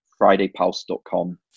fridaypulse.com